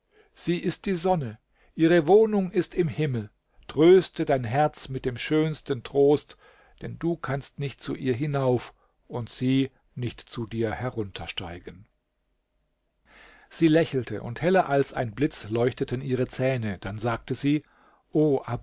sie ist die sonne ihre wohnung ist im himmel tröste dein herz mit dem schönsten trost denn du kannst nicht zu ihr hinauf und sie nicht zu dir herunter steigen sie lächelte und heller als ein blitz leuchteten ihre zähne dann sagte sie o